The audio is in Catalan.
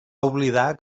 oblidar